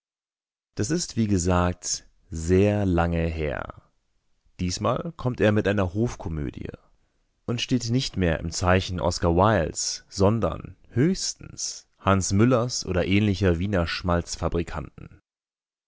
das ist wie gesagt sehr lange her diesmal kommt er mit einer hofkomödie und steht nicht mehr im zeichen oskar wildes sondern höchstens hans müllers oder ähnlicher wiener